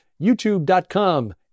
youtube.com